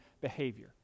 behavior